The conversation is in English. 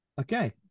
okay